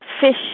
fish